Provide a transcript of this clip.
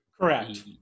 Correct